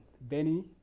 Benny